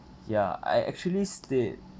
ya I actually stayed